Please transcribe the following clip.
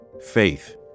faith